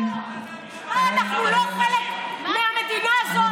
מה, אנחנו לא חלק מהמדינה הזאת?